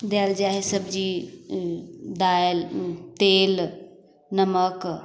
देल जाइ हइ सब्जी दालि तेल नमक